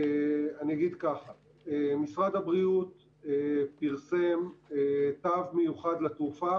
משרד הבריאות פרסם תו מיוחד לתעופה,